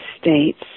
states